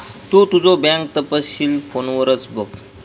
तु तुझो बँक तपशील फोनवरच बघ